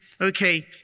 okay